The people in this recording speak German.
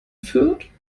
fürth